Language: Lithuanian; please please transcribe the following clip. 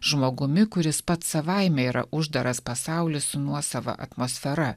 žmogumi kuris pats savaime yra uždaras pasaulis su nuosava atmosfera